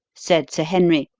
said sir henry,